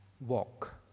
walk